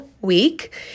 week